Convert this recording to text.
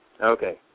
Okay